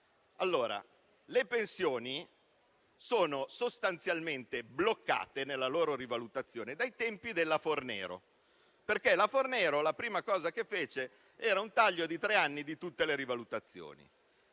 le pensioni sono sostanzialmente bloccate nella loro rivalutazione dai tempi della cosiddetta legge Fornero, perché la prima cosa che fece la Fornero fu un taglio di tre anni di tutte le rivalutazioni.